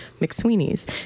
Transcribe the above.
McSweeney's